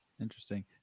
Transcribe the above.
Interesting